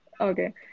Okay